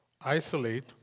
isolate